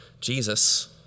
Jesus